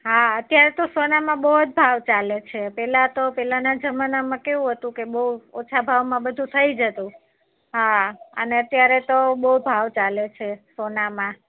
હા અત્યારે તો સોનામાં બહુ જ ભાવ ચાલે છે પહેલાં તો પહેલાંના જમાનામાં કેવું હતું કે બહુ ઓછા ભાવમાં બધું થઈ જતું હા અને અત્યારે તો બહુ ભાવ ચાલે છે સોનામાં